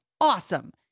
awesome